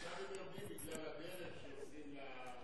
עכשיו הם יורדים בגלל הדרך שעושים לשכן של,